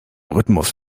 rhythmus